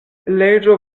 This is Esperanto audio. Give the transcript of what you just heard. leĝo